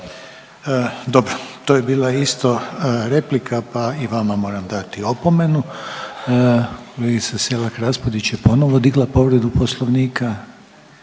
Dobro. To je bila isto replika pa i vama moram dati opomenu. Kolegica Selak Raspudić je ponovo digla povredu Poslovnika.